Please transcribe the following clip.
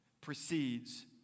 precedes